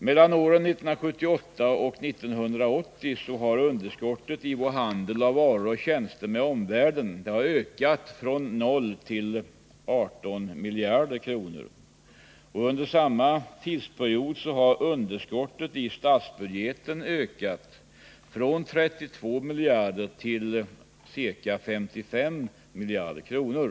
Mellan 1978 och 1980 har underskottet i vår handel med varor och tjänster med omvärlden ökat från 0 till 18 miljarder kronor. Under samma tidsperiod har underskottet i statsbudgeten ökat från 32 miljarder kronor till ca 55 miljarder kronor.